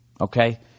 okay